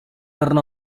turn